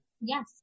Yes